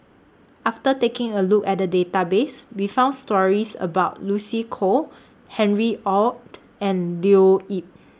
after taking A Look At The Database We found stories about Lucy Koh Harry ORD and Leo Yip